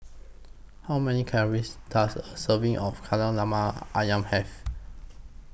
How Many Calories Does A Serving of Kari Lemak Ayam Have